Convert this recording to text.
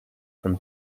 from